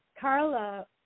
Carla